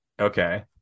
okay